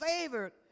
favored